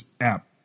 app